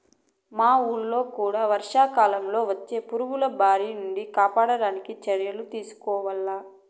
మా వూళ్ళో కూడా వర్షాకాలంలో వచ్చే పురుగుల బారి నుంచి కాపాడడానికి చర్యలు తీసుకోవాల